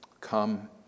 come